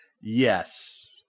Yes